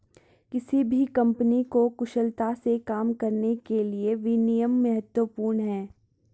किसी भी कंपनी को कुशलता से काम करने के लिए विनियम महत्वपूर्ण हैं